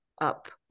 up